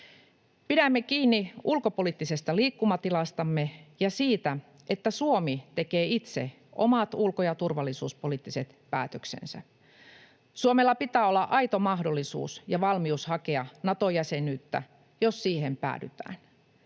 Pidämme kiinni ulkopoliittisesta liikkumatilastamme ja siitä, että Suomi tekee itse omat ulko- ja turvallisuuspoliittiset päätöksensä. Suomella pitää olla aito mahdollisuus ja valmius hakea Nato-jäsenyyttä, jos siihen päädytään.